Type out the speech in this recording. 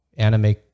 anime